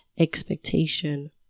expectation